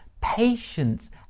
patience